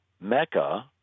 Mecca